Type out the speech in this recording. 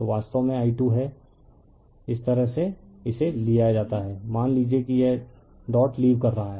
तो यह वास्तव में i2 है इसे इस तरह लिया जाता है मान लीजिए कि यह डॉट लीव कर रहा है